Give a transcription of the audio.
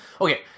Okay